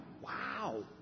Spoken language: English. wow